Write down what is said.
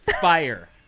fire